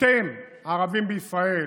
אתם הערבים בישראל